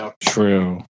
True